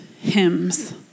hymns